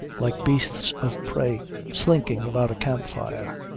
like beasts of prey slinking about a camp fire.